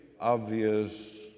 obvious